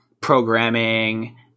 programming